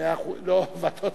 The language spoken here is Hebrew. עשר